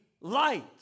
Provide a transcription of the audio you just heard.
light